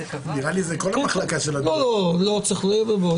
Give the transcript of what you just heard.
תודה רבה.